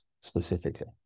specifically